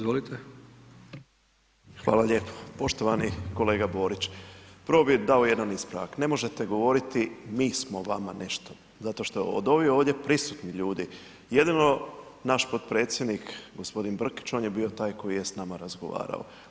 Hvala lijepo, poštovani kolega Borić prvo bi dao jedan ispravak, ne možete govoriti mi smo vama nešto, zato što je od ovih ovdje prisutnih ljudi jedino naš potpredsjednik gospodin Brkić on je bio taj koji je s nama razgovarao.